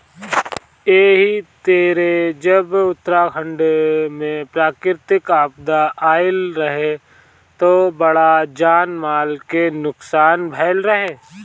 एही तरे जब उत्तराखंड में प्राकृतिक आपदा आईल रहे त बड़ा जान माल के नुकसान भईल रहे